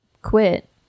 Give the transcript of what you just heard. quit